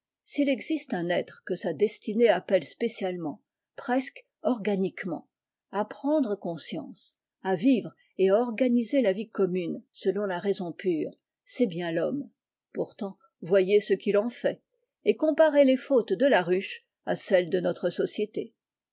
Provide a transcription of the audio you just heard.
s'il existe un être que sa destinée appelle spécialement presque organiquement à prendre'conscience à vivre et à organiser la vie commune selon la raison pure c'est bien mme pourtant voyez ce qu'il en fait et nparez les fautes de la ruche à celles de re société